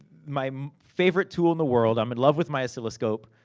my favorite tool in the world. i'm in love with my oscilloscope.